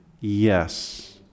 yes